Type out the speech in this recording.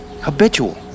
habitual